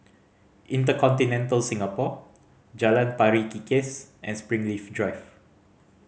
InterContinental Singapore Jalan Pari Kikis and Springleaf Drive